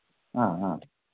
हा हा